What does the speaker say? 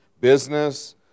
business